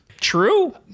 true